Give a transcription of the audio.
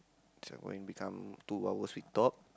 this one become two hours we talk